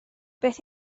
beth